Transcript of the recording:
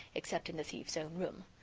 except in the thief's own room.